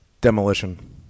Demolition